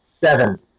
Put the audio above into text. seven